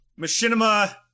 Machinima